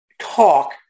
talk